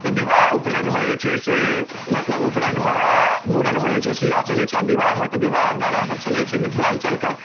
तऽ विवाह उपनैनमे जे छै से मतलब उपनैनमे आओर मूड़नमे जे छै से इएह चलै छै आओर विवाहमे तऽ विवाहके गानासब चलै छै मिथिलाञ्चलके